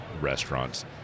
restaurants